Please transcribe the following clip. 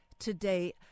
today